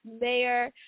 Mayor